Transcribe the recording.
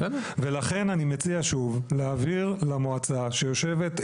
לכן אני מציע שוב להבהיר למועצה שיושבת,